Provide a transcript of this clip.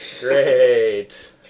Great